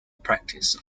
practice